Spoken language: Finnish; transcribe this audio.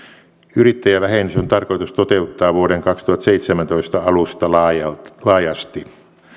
yrittäjävähennys on tarkoitus toteuttaa vuoden kaksituhattaseitsemäntoista alusta laajasti laajasti